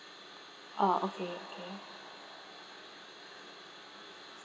oh okay okay